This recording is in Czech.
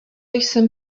jsem